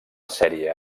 sèrie